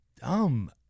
dumb